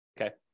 okay